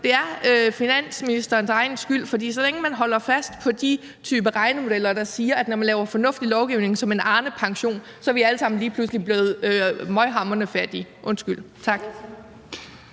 det er finansministerens egen skyld, så længe man holder fast på den type regnemodeller, der siger, at når man laver fornuftig lovgivning som en Arnepension, så er vi alle sammen lige pludselig blevet møghamrende fattige. Undskyld, tak.